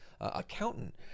accountant